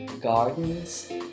Gardens